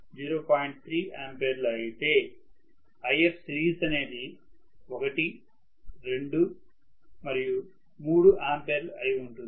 3 ఆంపియర్లు అయితే Ifseries అనేది 1 2 మరియు 3 ఆంపియర్లు అయి ఉంటుంది